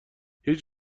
هیچ